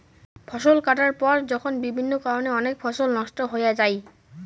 ফসল কাটার পর যখন বিভিন্ন কারণে অনেক ফসল নষ্ট হয়া যাই